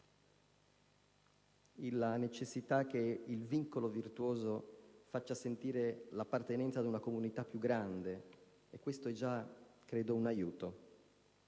la necessità che il vincolo virtuoso faccia sentire l'appartenenza ad una comunità più grande, è già a mio avviso un aiuto.